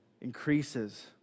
increases